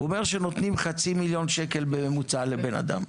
הוא אומר שנותנים חצי מיליון שקל בממוצע לבן אדם.